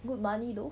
good money though